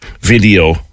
video